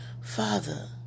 Father